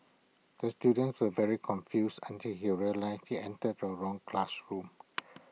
the student was very confused until he realised he entered the wrong classroom